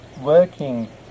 working